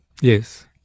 Yes